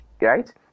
right